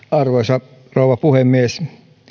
arvoisa rouva puhemies minusta